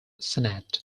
senate